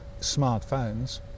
smartphones